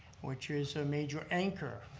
which is a major anchor.